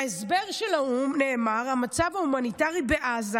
בהסבר של האו"ם נאמר: המצב ההומניטרי בעזה